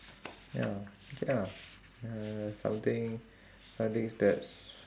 ya ya uh something so I think that's